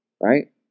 Right